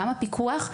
גם הפיקוח,